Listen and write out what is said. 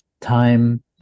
time